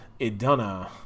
Iduna